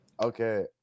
okay